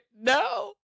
No